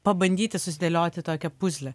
pabandyti susidėlioti tokią puzlę